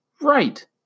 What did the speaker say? Right